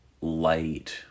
light